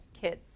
kids